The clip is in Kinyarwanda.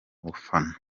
bafana